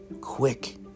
quick